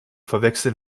verwechseln